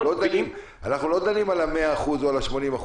אנחנו לא דנים על ה-100% או על ה-80%,